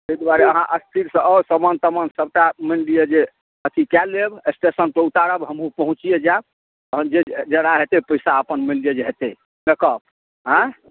ताहि दुआरे अहाँ स्थिर सऽ आउ समान तमान सबटा मानि लिअ जे अथी कए लेब स्टेशनसऽ उतारब हमहूँ पहुँचिए जायब आओर जे जेना हेतै पैसा अपन मानि लिअ जे हेतै देखब आएँ